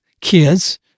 kids